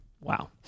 Wow